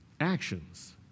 actions